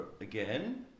again